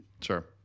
Sure